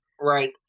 Right